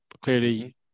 clearly